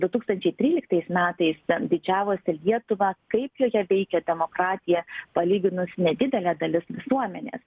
du tūkstančiai tryliktais metais didžiavosi lietuva kaip joje veikia demokratija palyginus nedidelė dalis visuomenės